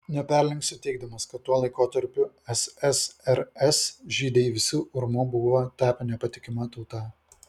neperlenksiu teigdamas kad tuo laikotarpiu ssrs žydai visi urmu buvo tapę nepatikima tauta